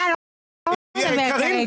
אתה לא מדבר כרגע.